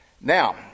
now